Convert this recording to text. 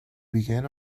began